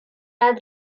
are